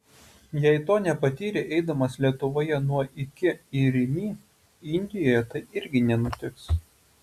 jei to nepatyrei eidamas lietuvoje nuo iki į rimi indijoje tai irgi nenutiks